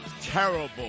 terrible